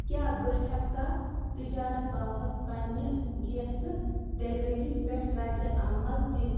کیٛاہ بہٕ ہیٚکا تجارَت باپتھ پَننہِ گیسہٕ ڈیٚلؤری پٮ۪ٹھ رَدِ عمل دِتھ